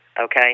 okay